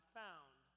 found